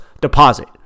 deposit